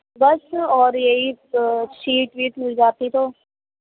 بس اور یہی شیٹ ویٹ مل جاتی تو